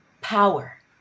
power